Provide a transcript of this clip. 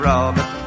Robert